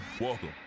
Welcome